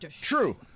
True